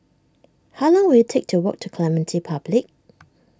how long will it take to walk to Clementi Public